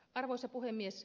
arvoisa puhemies